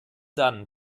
dann